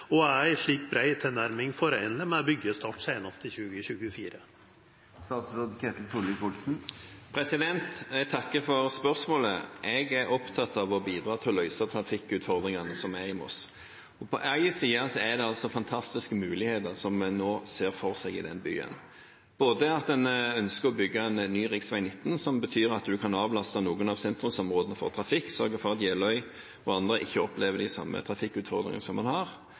og er en slik bred tilnærming forenelig med byggestart senest i 2024?» Jeg takker for spørsmålet. Jeg er opptatt av å bidra til å løse trafikkutfordringene som er i Moss. På den ene siden er det fantastiske muligheter en nå ser for seg i den byen. En ønsker å bygge en ny rv. 19, slik at en kan avlaste noen av sentrumsområdene for trafikk, sørge for at Jeløya og andre ikke opplever de samme trafikkutfordringene som en har,